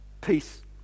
Peace